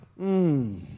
Mmm